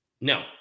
No